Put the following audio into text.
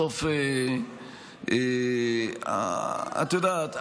את יודעת,